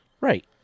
Right